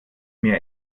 mir